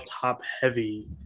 top-heavy